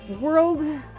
world